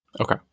Okay